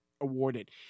awarded